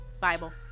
Bible